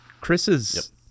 Chris's